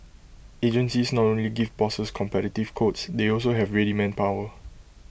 agencies not only give bosses competitive quotes they also have ready manpower